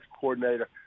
coordinator